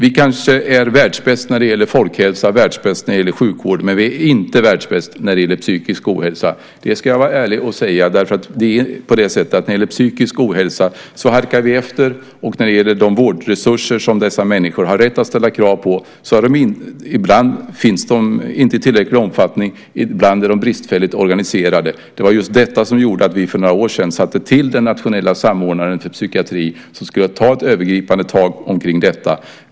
Vi kanske är världsbäst när det gäller folkhälsa och världsbäst när det gäller sjukvård, men vi är inte världsbäst när det gäller psykisk ohälsa - det ska jag vara ärlig och säga. När det gäller psykisk ohälsa halkar vi efter. De vårdresurser som dessa människor har rätt att ställa krav på finns ibland inte i tillräcklig omfattning, och ibland är de bristfälligt organiserade. Det var just detta som gjorde att vi för några år sedan tillsatte den nationella samordnaren för psykiatri som skulle ta ett övergripande tag kring detta.